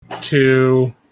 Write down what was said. two